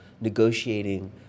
negotiating